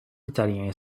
italien